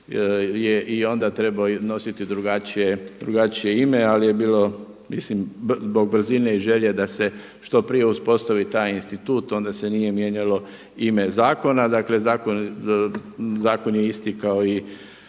i onda trebao nositi drugačije ime, ali je bilo mislim zbog brzine i želje da se što prije uspostavi taj institut. Onda se nije mijenjalo ime zakona. Dakle, zakon je isti kao i